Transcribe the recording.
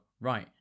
right